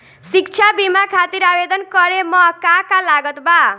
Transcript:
शिक्षा बीमा खातिर आवेदन करे म का का लागत बा?